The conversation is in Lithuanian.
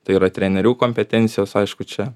tai yra trenerių kompetencijos aišku čia